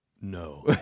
no